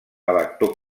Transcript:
elector